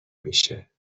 میشه